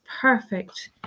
perfect